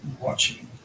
watching